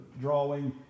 drawing